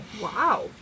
Wow